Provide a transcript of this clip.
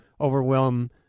overwhelm